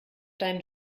deinen